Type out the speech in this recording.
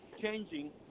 changing